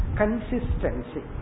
consistency